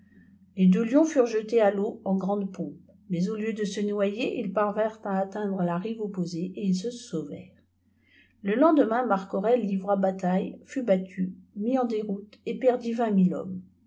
les deux lions furent jetés à feau en grande pompe mais au lieu de se noyer ils parvinrent à atteindre la rive opposée et ils se sauvèrent le lendemain marc-aurèle livra bataille fut battu mis en déroute et perdit vingt mille hommes